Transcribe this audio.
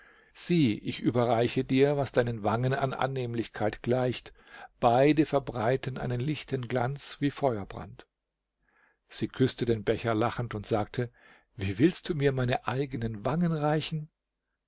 sieh ich überreiche dir was deinen wangen an annehmlichkeit gleicht beide verbreiten einen lichten glanz wie feuerbrand sie küßte den becher lachend und sagte wie willst du mir meine eigenen wangen reichen